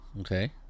Okay